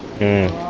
and